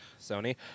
Sony